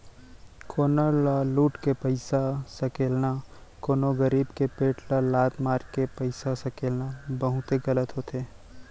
कोनो ल लुट के पइसा सकेलना, कोनो गरीब के पेट ल लात मारके पइसा सकेलना बहुते गलत होथे